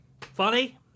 funny